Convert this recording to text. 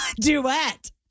duet